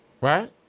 right